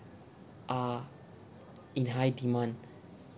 are in high demand